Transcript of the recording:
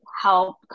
help